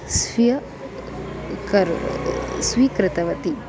स्व्यकरोत् स्वीकृतवती